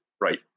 right